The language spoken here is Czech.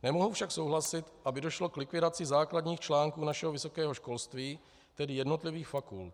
Nemohu však souhlasit, aby došlo k likvidaci základních článků našeho vysokého školství, tedy jednotlivých fakult.